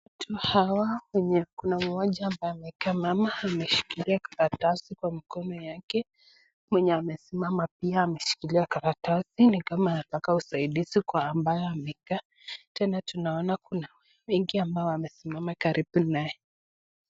Watu hawa, kuna mmoja ambaye amekaa, mama, ameshikilia karatasi kwa mkono wake. Mwenye amesimama pia ameshikilia karatasi, ni kama anataka usaidizi kwa ambaye amekaa. Tena tunaona kuna wengi ambao wamesimama karibu naye.